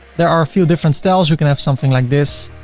there are a few different styles you can have something like this.